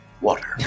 water